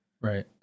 Right